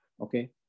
Okay